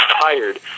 fired